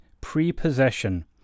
prepossession